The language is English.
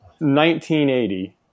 1980